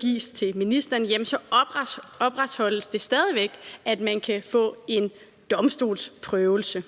gives til ministeren, at det stadig væk opretholdes, at man kan få en domstolsprøvelse.